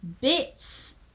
bits